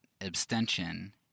abstention